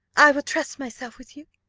i will trust myself with you,